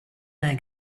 egg